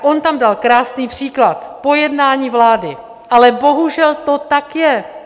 On tam dal krásný příklad, po jednání vlády, ale bohužel to tak je.